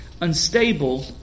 unstable